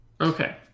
Okay